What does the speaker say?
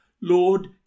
Lord